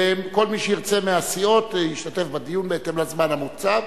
וכל מי שירצה מהסיעות ישתתף בדיון בהתאם לזמן המוקצב,